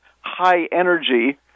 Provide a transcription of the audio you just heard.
high-energy